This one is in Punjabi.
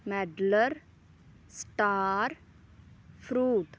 ਮੈਡਲਰ ਸਟਾਰ ਫਰੂਟ